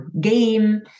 game